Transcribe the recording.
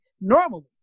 normally